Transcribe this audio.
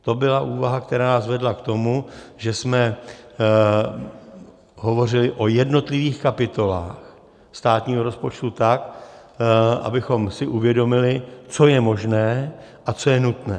To byla úvaha, která nás vedla k tomu, že jsme hovořili o jednotlivých kapitolách státního rozpočtu tak, abychom si uvědomili, co je možné a co je nutné.